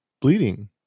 bleeding